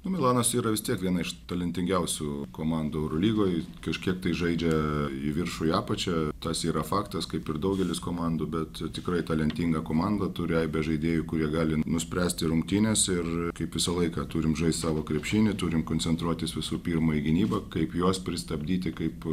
nu milanas yra vis tiek viena iš talentingiausių komandų eurolygoj kažkiek tai žaidžia į viršų į apačią tas yra faktas kaip ir daugelis komandų bet tikrai talentinga komanda turi aibę žaidėjų kurie gali nuspręsti rungtynes ir kaip visą laiką turim žaist savo krepšinį turim koncentruotis visų pirma į gynybą kaip juos pristabdyti kaip